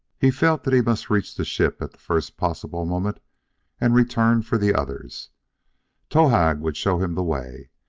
he felt that he must reach the ship at the first possible moment and return for the others towahg would show him the way.